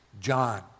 John